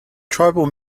tribal